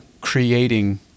creating